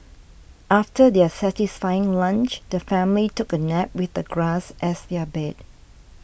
after their satisfying lunch the family took a nap with the grass as their bed